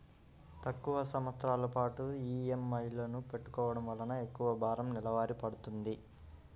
తక్కువ సంవత్సరాల పాటు ఈఎంఐలను పెట్టుకోవడం వలన ఎక్కువ భారం నెలవారీ పడ్తుంది